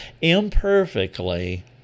imperfectly